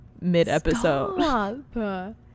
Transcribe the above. mid-episode